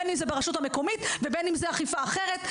בין אם זה ברשות המקומית ובין אם זה אכיפה אחרת,